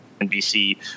NBC